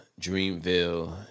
Dreamville